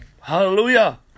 Hallelujah